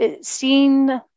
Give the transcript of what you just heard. seeing